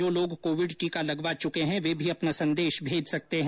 जो लोग कोविड टीका लगवा चुके हैं वे भी अपना संदेश भेज सकते हैं